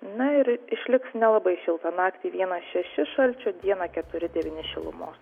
na ir išliks nelabai šiltą naktį vienas šeši šalčio dieną keturi devyni šilumos